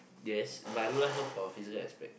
yes but I don't like her for her physical aspect